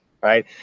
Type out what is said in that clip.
right